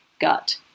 gut